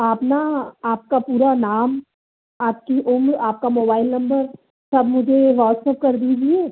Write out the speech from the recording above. आप ना आपका पूरा नाम आपकी उम्र आपका मोबैल नम्बर सब मुझे व्हाट्सप्प कर दीजिए